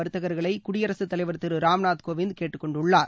வர்த்தகர்களை குடியரசுத் தலைவர் திரு ராம்நாத் கோவிந்த் கேட்டுக்கொண்டுள்ளார்